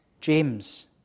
James